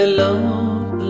love